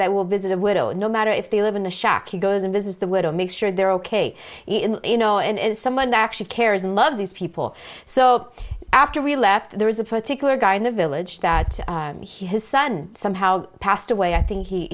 that will visit a widow no matter if they live in a shack he goes and this is the way to make sure they're ok in you know and is someone that actually cares and loves these people so after we left there is a particular guy in the village that his son somehow passed away i think he